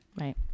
Right